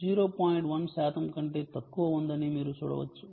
1 శాతం కంటే తక్కువ ఉందని మీరు చూడవచ్చు